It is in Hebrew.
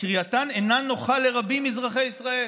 וקריאתן אינה נוחה לרבים מאזרחי ישראל.